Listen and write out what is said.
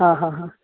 आं हां हां